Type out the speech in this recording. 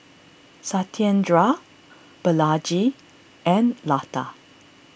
Satyendra Balaji and Lata